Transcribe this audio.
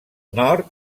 nord